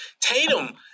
Tatum